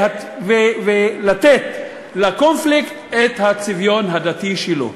ולתת לקונפליקט את הצביון הדתי שלו.